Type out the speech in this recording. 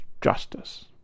justice